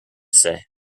say